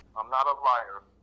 i'm not a liar.